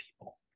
people